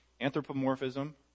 anthropomorphism